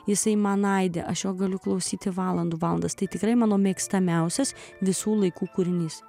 jisai man aidi aš galiu klausyti valandų valandas tai tikrai mano mėgstamiausias visų laikų kūrinys